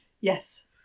Yes